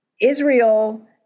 Israel